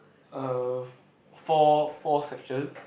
uh four four sections